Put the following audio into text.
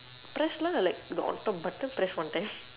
press lah like the on top button press one time